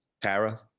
tara